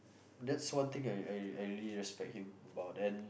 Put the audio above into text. that's one thing I I I really respect him about and